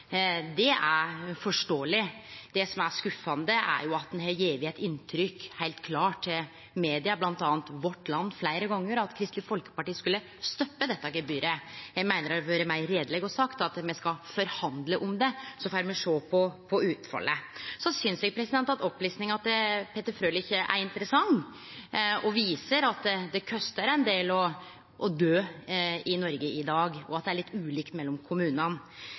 Det er forståeleg. Det som er skuffande, er at ein heilt klart har gjeve eit inntrykk til media, bl.a. Vårt Land, fleire gonger av at Kristeleg Folkeparti skulle stoppe dette gebyret. Eg meiner det hadde vore meir reieleg å seie: Me skal forhandle om det, og så får me sjå på utfallet. Så synest eg at opplistinga til Peter Frølich er interessant og viser at det kostar ein del å dø i Noreg i dag, og at det er litt ulikt mellom kommunane.